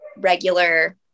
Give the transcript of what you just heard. regular